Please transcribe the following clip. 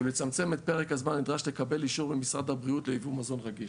ולצמצם את פרק הזמן הנדרש לקבלת אישור ממשרד הבריאות ליבוא מזון רגיש.